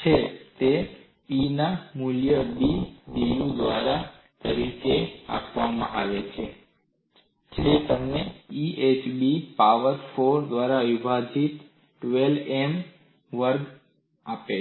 3 સ્થિતિ છે G નું મૂલ્ય B dU દ્વારા da દ્વારા 1 તરીકે આપવામાં આવે છે જે તમને EHB પાવર 4 દ્વારા વિભાજિત 12M વર્ગ આપે છે